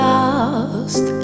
Lost